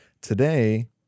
Today